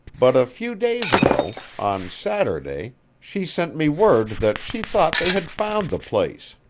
but a few days ago on saturday she sent me word that she thought they had found the place.